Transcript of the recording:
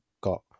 got